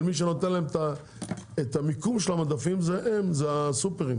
אבל מי שנותן להם את המיקום של המדפים אלו הסופרים,